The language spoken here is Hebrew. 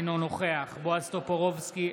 אינו נוכח בועז טופורובסקי,